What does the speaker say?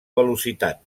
velocitat